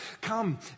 Come